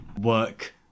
work